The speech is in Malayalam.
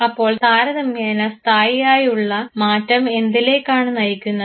അപ്പോൾ താരതമ്യേന സ്ഥായിയായുള്ള മാറ്റം എന്തിലേക്കാണ് നയിക്കുന്നത്